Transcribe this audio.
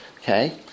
Okay